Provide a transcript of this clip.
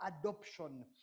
adoption